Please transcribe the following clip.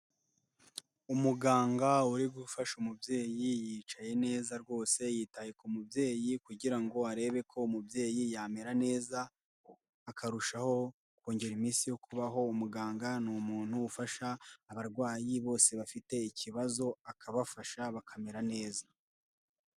Umuganga uri gufasha umubyeyi yicaye neza rwose yitaye ku mubyeyi kugirango arebe ko umubyeyi yamera neza akarushaho kongera iminsi yo kubaho, umuganga ni umuntu ufasha abarwayi bose bafite ikibazo akabafasha bakamera neza.